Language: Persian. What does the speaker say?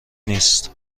نیست